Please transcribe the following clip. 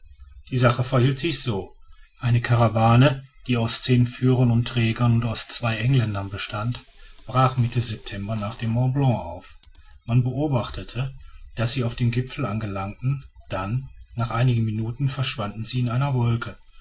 die sache verhielt sich so eine karawane die aus zehn führern und trägern und aus zwei engländern bestand brach mitte september nach dem mont blanc auf man beobachtete daß sie auf dem gipfel anlangten dann nach einigen minuten verschwanden sie in einer wolke